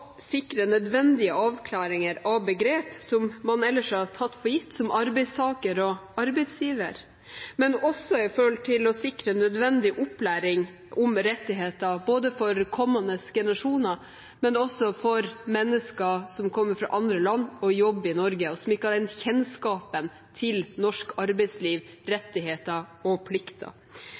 sikre nødvendige avklaringer av begrep som man som arbeidstaker eller arbeidsgiver ellers har tatt for gitt, men også for å sikre nødvendig opplæring om rettigheter både for kommende generasjoner og for mennesker som kommer fra andre land og jobber i Norge, og som ikke har kjennskap til norsk arbeidsliv, rettigheter og plikter.